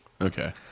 Okay